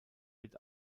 wird